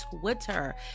Twitter